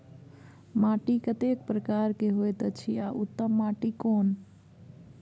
माटी कतेक प्रकार के होयत अछि आ उत्तम माटी कोन?